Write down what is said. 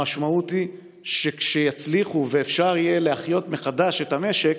המשמעות היא שכשיצליחו ואפשר יהיה להחיות מחדש את המשק,